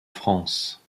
france